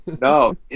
No